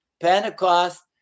Pentecost